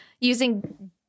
using